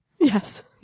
Yes